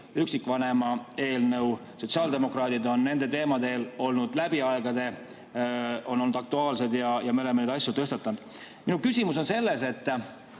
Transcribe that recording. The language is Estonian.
üksikvanema eelnõu. Sotsiaaldemokraadid on nendel teemadel olnud läbi aegade aktuaalsed ja me oleme neid asju tõstatanud. Minu küsimus on selles.